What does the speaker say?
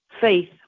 faith